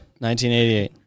1988